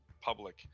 public